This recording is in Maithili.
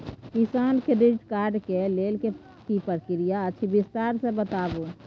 किसान क्रेडिट कार्ड के लेल की प्रक्रिया अछि विस्तार से बताबू?